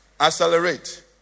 Accelerate